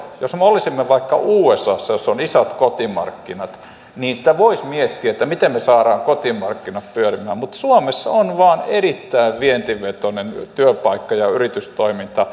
jos me olisimme vaikka usassa missä on isot kotimarkkinat niin sitä voisi miettiä miten me saamme kotimarkkinat pyörimään mutta suomessa on vain erittäin vientivetoinen työpaikka ja yritystoiminta